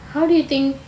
how do you think